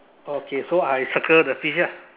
oh okay so I circle the fish lah